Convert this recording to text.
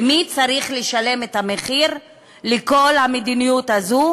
ומי צריך לשלם את המחיר על כל המדיניות הזו?